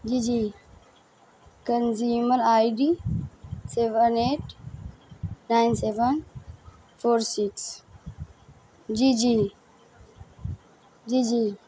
جی جی consumer ID seven eight nine seven four six جی جی جی جی